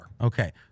Okay